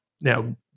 Now